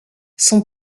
son